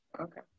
Okay